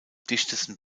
dichtesten